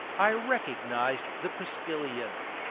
i recognized the postilion.